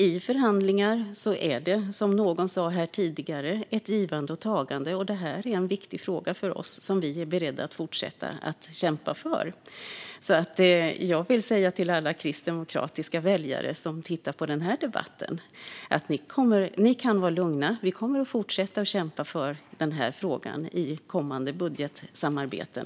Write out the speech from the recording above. I förhandlingar är det som någon sa här tidigare ett givande och ett tagande, och detta är en viktig fråga för oss som vi är beredda att fortsätta kämpa för. Jag vill alltså säga till alla kristdemokratiska väljare som tittar på den här debatten: Ni kan vara lugna! Vi kommer att fortsätta kämpa för den här frågan även i kommande budgetsamarbeten.